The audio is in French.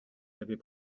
l’avez